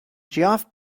geoff